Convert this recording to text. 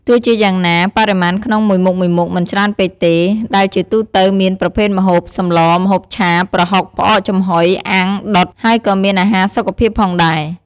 ទោះជាយ៉ាងណា បរិមាណក្នុងមួយមុខៗមិនច្រើនពេកទេ ដែលជាទូទៅមាន ប្រភេទម្ហូប សម្លរ ម្ហូបឆា ប្រហុក ផ្អកចំហុយ អាំង ដុត ហើយក៏មានអារហារសុខភាពផងដែរ។